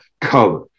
color